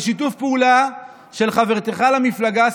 בשיתוף פעולה של חברתך למפלגה,